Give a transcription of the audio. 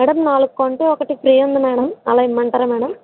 madam నాలుగు కొంటే ఒకటి ఫ్రీ ఉంది మేడమ్ అలా ఇమ్మంటారా మేడమ్